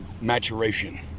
maturation